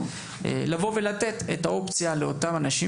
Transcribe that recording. הוא לבוא ולתת את האופציה לאותם אנשים